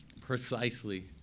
precisely